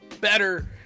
better